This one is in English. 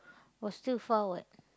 but still far [what]